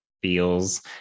feels